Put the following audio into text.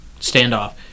standoff